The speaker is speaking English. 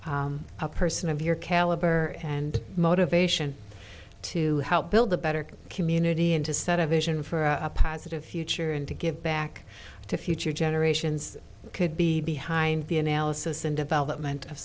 a person of your caliber and motivation to help build a better community and to set a vision for a positive future and to give back to future generations could be behind the analysis and development of